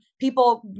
people